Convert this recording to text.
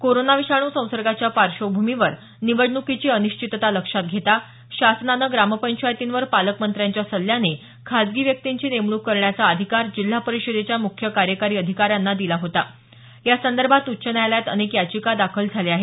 corona विषाणू संसर्गाच्या पार्श्वभूमीवर निवडणुकीची अनिश्चितता लक्षात घेता शासनानं ग्राम पंचायतींवर पालकमंत्र्यांच्या सल्ल्याने खासगी व्यक्तींची नेमणूक करण्याचा अधिकार जिल्हा परिषदेच्या मुख्य कार्यकारी अधिकाऱ्यांना सरकारने दिला होता यासंदर्भात उच्च न्यायालयात अनेक याचिका दाखल झाल्या आहेत